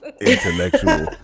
intellectual